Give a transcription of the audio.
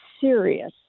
serious